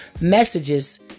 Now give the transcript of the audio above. messages